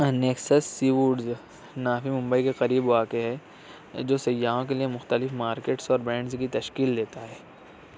nexus Seawoods ناکہ ممبئی کے قریب واقع ہے جو سیاحوں کے لیے مختلف مارکیٹس اور برانڈز کی تشکیل لیتا ہے